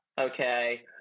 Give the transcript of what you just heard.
Okay